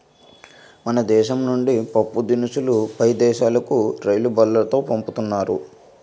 మన దేశం నుండి పప్పుదినుసులు పై దేశాలుకు రైలుబల్లులో పంపుతున్నారు